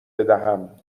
بدهم